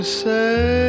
say